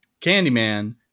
Candyman